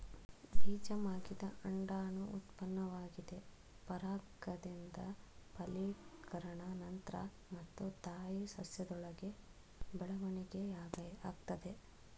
ಬೀಜ ಮಾಗಿದ ಅಂಡಾಣು ಉತ್ಪನ್ನವಾಗಿದೆ ಪರಾಗದಿಂದ ಫಲೀಕರಣ ನಂತ್ರ ಮತ್ತು ತಾಯಿ ಸಸ್ಯದೊಳಗೆ ಬೆಳವಣಿಗೆಯಾಗ್ತದೆ